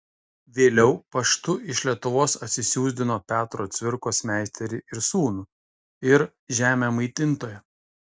vėliau paštu iš lietuvos atsisiųsdino petro cvirkos meisterį ir sūnų ir žemę maitintoją